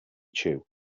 chew